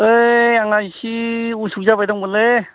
ओइ आंहा एसे उसुक जाबाय दंमोनलै